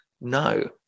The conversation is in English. No